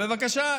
בבקשה,